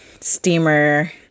steamer